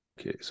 Okay